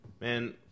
Man